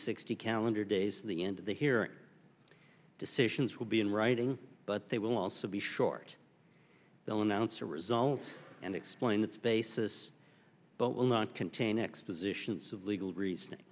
sixty calendar days of the end of the here decisions will be in writing but they will also be short they'll announce the results and explain its basis but will not contain expositions of legal reasoning